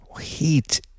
Heat